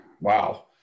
Wow